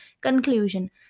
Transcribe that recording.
Conclusion